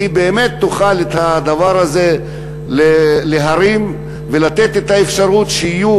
שהיא באמת תוכל את הדבר הזה להרים ולתת את האפשרות שיהיו